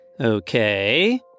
Okay